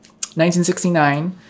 1969